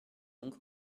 donc